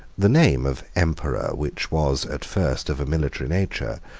the name of emperor, which was at first of a military nature,